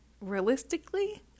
Realistically